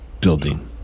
building